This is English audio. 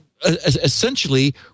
essentially